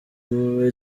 bube